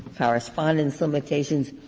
correspondence limitations,